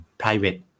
private